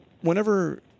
whenever